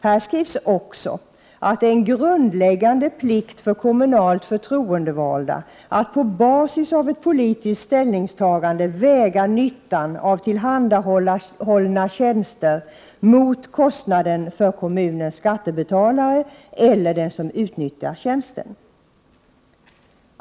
Här skrivs också att det är en grundläggande plikt för kommunalt förtroendevalda att på basis av ett politiskt ställningstagande väga nyttan av tillhandahållna tjänster mot kostnaden för kommunens skattebetalare eller den som utnyttjar tjänsten.